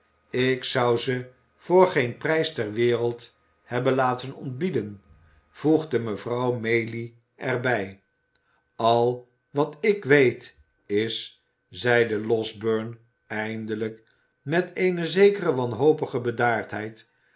ik zou ze voor geen prijs ter wereld hebben laten ontbieden voegde mevrouw maylie er bij al wat ik weet is zeide losberne eindelijk met eene zekere wanhopige bedaardheid